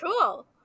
Cool